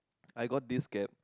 I got this cab